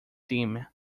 team